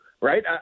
Right